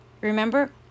Remember